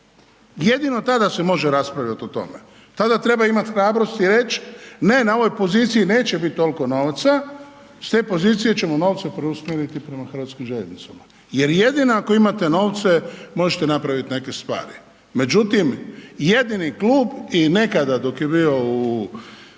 jedino tada se može raspravljati o tome, tada treba imati hrabrosti reć, ne na ovoj poziciji neće biti toliko novca, s te pozicije ćemo novce preusmjeriti prema HŽ-u jer jedino ako imate novce možete napraviti neke stvari. Međutim, jedini klub i nekada dok je bio zastupnik u